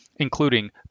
Including